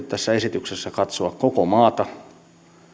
tässä esityksessä on yritetty katsoa koko maata